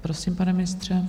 Prosím, pane ministře.